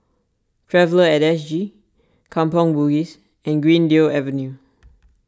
Traveller at S G Kampong Bugis and Greendale Avenue